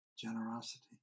Generosity